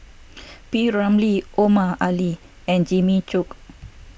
P Ramlee Omar Ali and Jimmy Chok